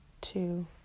two